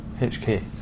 HK